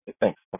Thanks